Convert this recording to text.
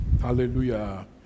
Hallelujah